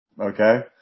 Okay